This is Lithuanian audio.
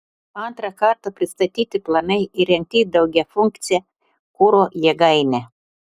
antrą kartą pristatyti planai įrengti daugiafunkcę kuro jėgainę